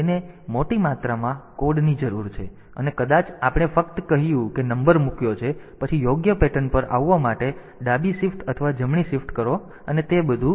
તેથી તેને મોટી માત્રામાં કોડની જરૂર છે અને કદાચ આપણે ફક્ત કહ્યું કે નંબર મૂક્યો છે પછી યોગ્ય પેટર્ન પર આવવા માટે ડાબી શિફ્ટ અથવા જમણી શિફ્ટ કરો અને તે બધું